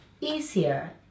easier